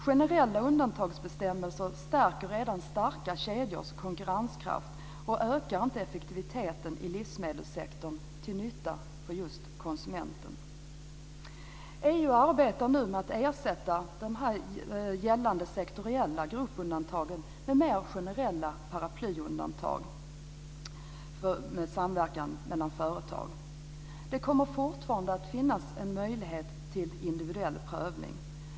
Generella undantagsbestämmelser stärker redan starka kedjors konkurrenskraft och ökar inte effektiviteten i livsmedelssektorn, till nytta för just konsumenten. EU arbetar nu med att ersätta gällande sektoriella gruppundantag med mer generella paraplyundantag för samverkan mellan företag. Det kommer fortfarande att finnas en möjlighet till individuell prövning.